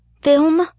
Film